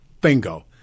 Bingo